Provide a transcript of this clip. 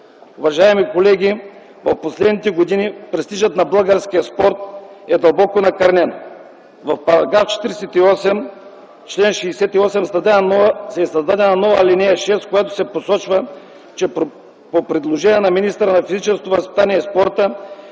Уважаеми колеги, през последните години престижът на българския спорт е дълбоко накърнен. В § 48, чл. 68 е създадена нова ал. 6, в която се посочва, че по предложение на министъра на физическото възпитание и спорта